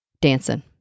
dancing